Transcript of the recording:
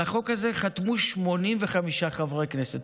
על החוק הזה חתמו 85 חברי כנסת.